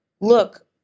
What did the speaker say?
Look